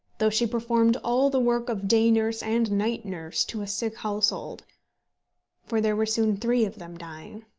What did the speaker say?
though she performed all the work of day-nurse and night-nurse to a sick household for there were soon three of them dying.